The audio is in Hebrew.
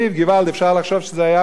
אפשר לחשוב שזה היה בברלין.